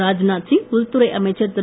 ராஜ்நாத் சிங் உள்துறை அமைச்சர் திரு